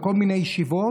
לכל מיני ישיבות,